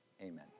Amen